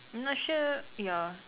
I'm not sure ya